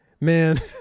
Man